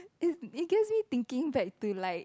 it because it thinking like to like